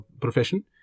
profession